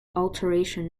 alteration